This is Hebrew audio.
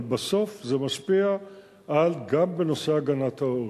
אבל בסוף זה משפיע גם בנושא הגנת העורף.